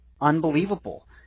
unbelievable